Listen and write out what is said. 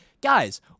guys